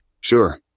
Sure